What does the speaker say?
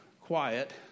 quiet